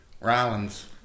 Rollins